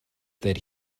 that